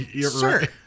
Sir